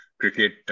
cricket